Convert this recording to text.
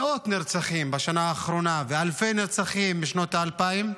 מאות נרצחים בשנה האחרונה ואלפי נרצחים בשנות ה-2000,